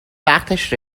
وقتش